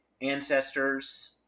ancestors